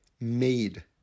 made